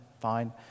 fine